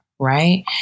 Right